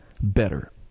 better